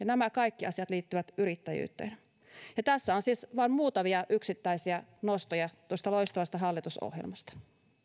nämä kaikki asiat liittyvät yrittäjyyteen ja tässä on siis vain muutamia yksittäisiä nostoja tuosta loistavasta hallitusohjelmasta